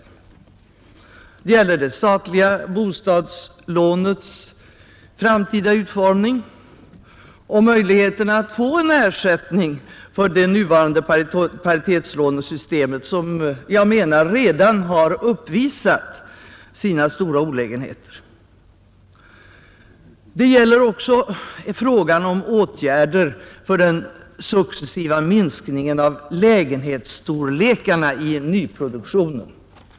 Vi vill även att utredningen tar ställning till det statliga bostadslånestödets framtida utformning och möjligheterna att få en ersättning för det nuvarande paritetslånesystemet, som redan har uppvisat sina stora olägenheter. Vi tar vidare upp frågan om åtgärder mot den successiva minskningen av lägenhetsstorlekarna i nyproduktionen.